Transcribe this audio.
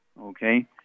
Okay